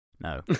No